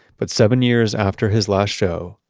but seven years after his last show,